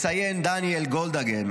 מציין דניאל גולדהגן